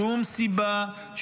שום סיבה,